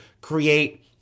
create